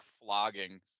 flogging